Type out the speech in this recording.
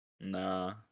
Nah